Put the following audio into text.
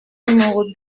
numéro